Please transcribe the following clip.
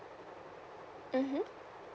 mmhmm